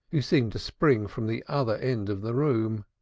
who seemed to spring from the other end of the room.